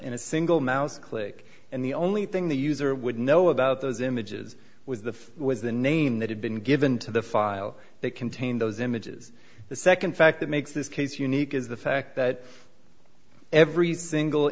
in a single mouse click and the only thing the user would know about those images was the was the name that had been given to the file that contain those images the second fact that makes this case unique is the fact that every single